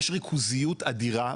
יש ריכוזיות אדירה,